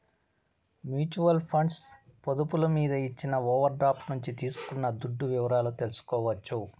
mutual funds పొదుపులు మీద ఇచ్చిన ఓవర్ డ్రాఫ్టు నుంచి తీసుకున్న దుడ్డు వివరాలు తెల్సుకోవచ్చు